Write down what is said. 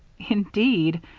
indeed!